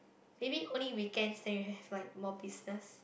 maybe only weekends then you'll have like more business